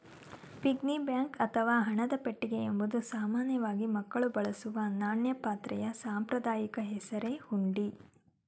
piggy bank ಅಥವಾ ಹಣದ ಪೆಟ್ಟಿಗೆ ಎಂಬುದು ಸಾಮಾನ್ಯವಾಗಿ ಮಕ್ಕಳು ಬಳಸುವ ನಾಣ್ಯ ಪಾತ್ರೆಯ ಸಾಂಪ್ರದಾಯಿಕ ಹೆಸರೇ ಹುಂಡಿ